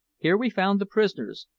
here we found the prisoners,